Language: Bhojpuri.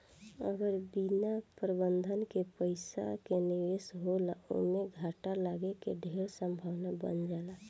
अगर बिना प्रबंधन के पइसा के निवेश होला ओमें घाटा लागे के ढेर संभावना बन जाला